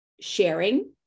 sharing